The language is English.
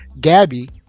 Gabby